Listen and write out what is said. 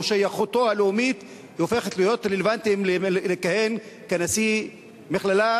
או השייכות הלאומית הופכת להיות רלוונטית לכהונה כנשיא מכללה,